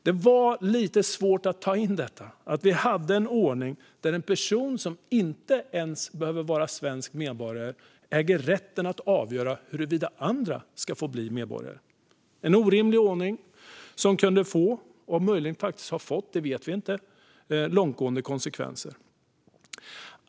Det var lite svårt att ta in detta, det vill säga att det var fråga om en ordning där en person som inte ens behöver vara svensk medborgare äger rätten att avgöra huruvida andra ska få bli medborgare. Det var en orimlig ordning som kunde få, och möjligen har fått - det vet vi inte - långtgående konsekvenser.